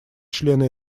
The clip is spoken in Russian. члены